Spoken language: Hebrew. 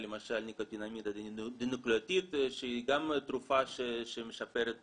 למשNicotinamide Adenine Dinucleotide שהיא גם תרופה שמשפרת